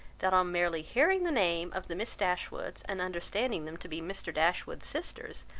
that on merely hearing the name of the miss dashwoods, and understanding them to be mr. dashwood's sisters,